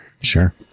sure